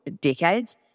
decades